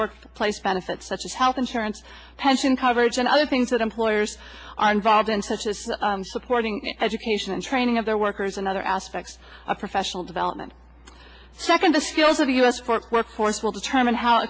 workplace benefits such as health insurance pension coverage and other things that employers are involved in such as supporting education and training of their workers and other aspects of professional development second the skills of the us for workforce will determine how